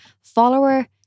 follower